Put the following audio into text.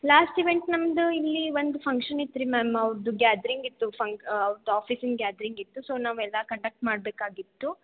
last event ನಮ್ಮದು ಇಲ್ಲಿ ಒಂದು ಫಂಕ್ಷನ್ ಇತ್ತು ರೀ ಮ್ಯಾಮ್ ಅವ್ರದ್ದು ಗ್ಯಾದ್ರಿಂಗ್ ಇತ್ತು ಫಂಕ್ ಅವ್ತು ಆಫಿಸಿನ ಗ್ಯಾದ್ರಿಂಗ್ ಇತ್ತು ಸೊ ನಾವೆಲ್ಲ ಕಂಡಕ್ಟ್ ಮಾಡಬೇಕಾಗಿತ್ತು